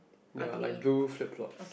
ya like blue flipflop